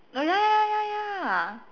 oh ya ya ya ya ya